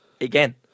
again